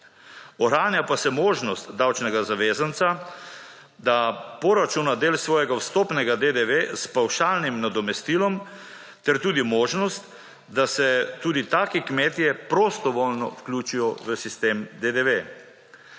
Oranja pa se možnost davčnega zavezanca, da poračun del svojega vstopnega DDV s pavšalnim nadomestilom ter tudi možnost, da se tudi taki kmetje prostovoljno vključijo v sistem DDV.